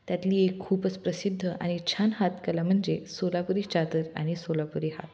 त्यातली एक खूपच प्रसिद्ध आणि छान हातकला म्हणजे सोलापुरी चादर आणि सोलापुरी हातमाग